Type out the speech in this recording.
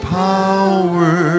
power